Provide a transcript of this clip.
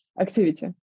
activity